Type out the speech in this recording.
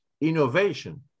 innovation